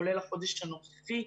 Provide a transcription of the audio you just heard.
כולל החודש הנוכחי,